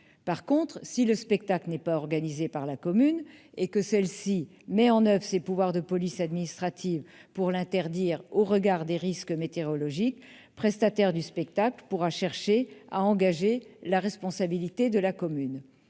revanche, si le spectacle n'est pas organisé par la commune et que celle-ci met en oeuvre ses pouvoirs de police administrative pour l'interdire au regard des risques météorologiques, le prestataire de spectacle pourra chercher à mettre en cause la responsabilité de la commune.